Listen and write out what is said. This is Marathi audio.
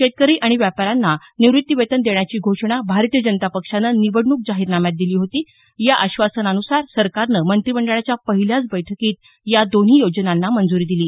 शेतकरी आणि व्यापाऱ्यांना निवृत्तीवेतन देण्याची घोषणा भारतीय जनता पक्षानं निवडणूक जाहीरनाम्यात दिली होती या आश्वासनान्सार सरकारनं मंत्रीमंडळाच्या पहिल्याच बैठकीत या दोन्ही योजनांना मंजूरी दिली